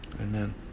Amen